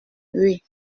oui